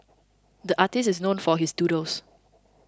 the artist is known for his doodles